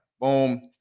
boom